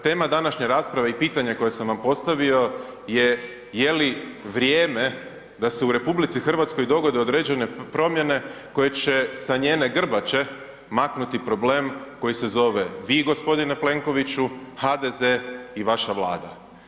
Tema današnje rasprave i pitanja koja sam vam postavio je, jeli vrijem da se u RH dogode određene promjene koje će sa njene grbače maknuti problem koji se zove vi gospodine Plenkoviću, HDZ i vaša Vlada?